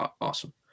awesome